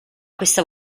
questa